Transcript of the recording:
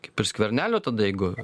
kaip ir skvernelio tada jeigu